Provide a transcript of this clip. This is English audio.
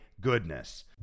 goodness